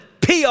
PR